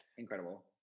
incredible